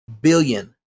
billion